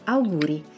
Auguri